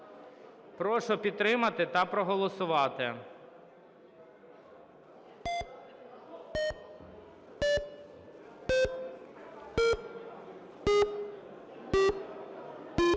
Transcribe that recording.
Прошу підтримати та проголосувати.